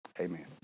Amen